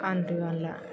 आन्दो आनला